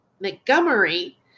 Montgomery